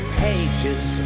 pages